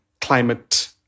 climate